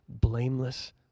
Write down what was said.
blameless